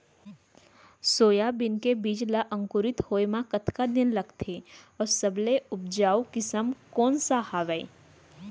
Soybean के बीज ला अंकुरित होय म कतका दिन लगथे, अऊ सबले उपजाऊ किसम कोन सा हवये?